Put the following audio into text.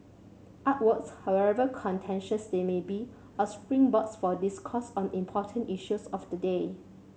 artworks however contentious they may be are springboards for discourse on important issues of the day